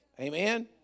Amen